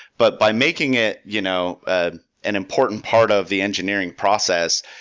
but by making it you know ah an important part of the engineering process,